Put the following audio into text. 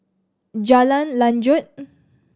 Jalan Lanjut